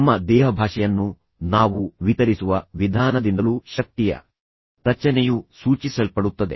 ನಮ್ಮ ದೇಹಭಾಷೆಯನ್ನು ನಾವು ವಿತರಿಸುವ ವಿಧಾನದಿಂದಲೂ ಶಕ್ತಿಯ ರಚನೆಯು ಸೂಚಿಸಲ್ಪಡುತ್ತದೆ